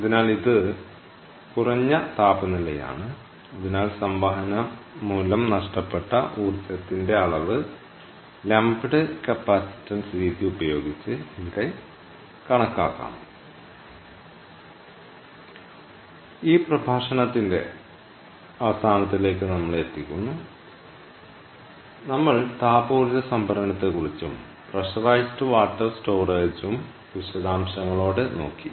അതിനാൽ ഇത് കുറഞ്ഞ താപനിലയാണ് അതിനാൽ സംവഹനം മൂലം നഷ്ടപ്പെട്ട ഊർജ്ജത്തിന്റെ അളവ് ലംപ്ഡ് കപ്പാസിറ്റൻസ് രീതി ഉപയോഗിച്ച് ഇവിടെ കണക്കാക്കാം ഈ പ്രഭാഷണത്തിന്റെ അവസാനത്തിലേക്ക് നമ്മളെ എത്തിക്കുന്നു അവിടെ നമ്മൾ താപ ഊർജ്ജ സംഭരണത്തെക്കുറിച്ചും പ്രെഷറൈസ്ഡ് വാട്ടർ സ്റ്റോറെജ്ഉം വിശദാംശങ്ങളോടെ നോക്കി